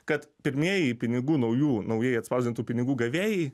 kad pirmieji pinigų naujų naujai atspausdintų pinigų gavėjai